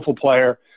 player